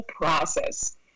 process